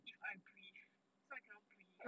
if I breathe so I cannot breathe